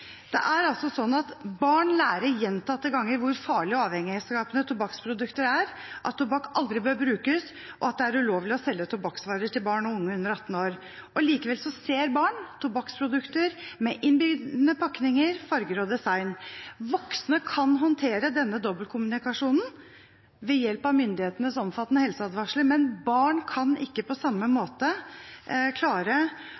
Barn lærer gjentatte ganger hvor farlig og avhengighetsskapende tobakksprodukter er, at tobakk aldri bør brukes, og at det er ulovlig å selge tobakksvarer til barn og unge under 18 år, men likevel ser barn tobakksprodukter med innbydende pakninger, farger og design. Voksne kan håndtere denne dobbeltkommunikasjonen ved hjelp av myndighetenes omfattende helseadvarsler, men barn kan ikke på samme